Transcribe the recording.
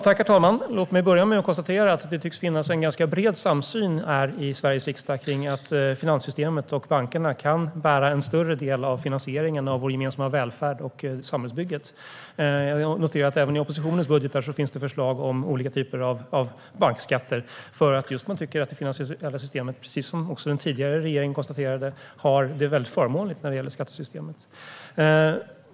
Herr talman! Låt mig börja med att konstatera att det tycks finnas en ganska bred samsyn här i Sveriges riksdag kring att finanssystemet och bankerna kan bära en större del av finansieringen av vår gemensamma välfärd och av samhällsbygget. Jag har noterat att det även i oppositionens budgetar finns förslag om olika typer av bankskatter just för att man tycker att det finansiella systemet, precis som också den tidigare regeringen konstaterade, har det mycket förmånligt när det gäller skattesystemet.